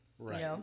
Right